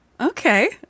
Okay